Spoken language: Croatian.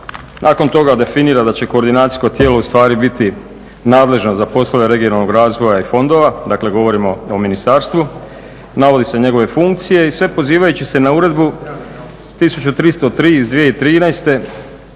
Nakon toga definira da će koordinacijsko tijelo ustvari biti nadležno za poslove regionalnog razvoja i fondova, dakle govorimo o ministarstvu, navode se njegove funkcije i sve pozivajući se na Uredbu 1303 iz 2013.